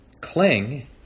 cling